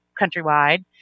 countrywide